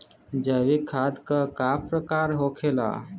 जैविक खाद का प्रकार के होखे ला?